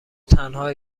تنها